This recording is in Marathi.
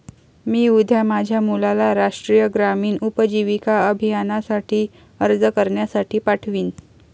मी उद्या माझ्या मुलाला राष्ट्रीय ग्रामीण उपजीविका अभियानासाठी अर्ज करण्यासाठी पाठवीन